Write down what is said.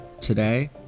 Today